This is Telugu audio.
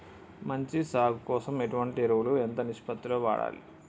మంచి సాగు కోసం ఎటువంటి ఎరువులు ఎంత నిష్పత్తి లో వాడాలి?